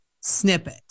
snippet